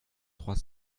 trois